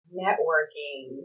networking